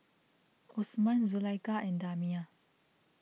Osman Zulaikha and Damia